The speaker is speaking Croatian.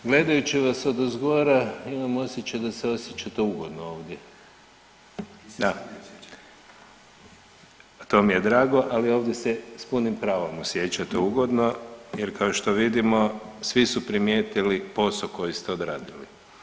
Gledajući vas odozgora imam osjećaj da se osjećate ugodno ovdje [[Upadica iz klupe: Da]] to mi je drago, ali ovdje se s punim pravom osjećate ugodno jer kao što vidimo svi su primijetili posao koji ste odradili.